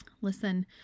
Listen